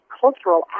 cultural